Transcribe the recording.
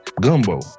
Gumbo